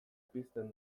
pizten